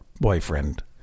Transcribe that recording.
boyfriend